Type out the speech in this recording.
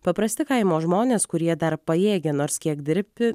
paprasti kaimo žmonės kurie dar pajėgia nors kiek dirbti